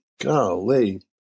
Golly